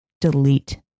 delete